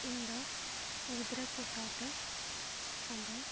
ᱤᱧᱫᱚ ᱜᱤᱫᱽᱨᱟᱹ ᱠᱚ ᱥᱟᱶᱛᱮ ᱚᱸᱰᱮ